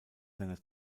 seiner